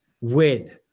win